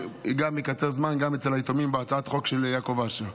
זה יקצר זמן גם אצל היתומים בהצעת החוק של יעקב אשר.